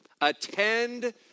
attend